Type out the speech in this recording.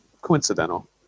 coincidental